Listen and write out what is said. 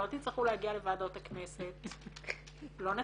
לא תצטרכו להגיע לוועדות הכנסת,